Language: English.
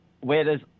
Whereas